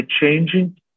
changing